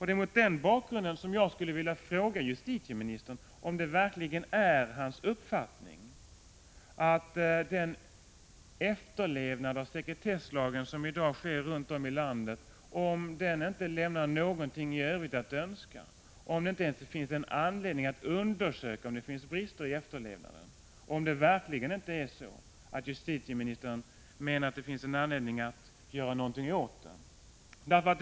Det är mot den bakgrunden jag skulle vilja fråga justitieministern om det verkligen är hans uppfattning att efterlevnaden runt om i landet av sekretesslagen inte lämnar något övrigt att önska, om det inte ens finns anledning att undersöka om det förekommer brister i efterlevnaden och om verkligen inte justitieministern menar att det i så fall finns anledning att göra något åt det.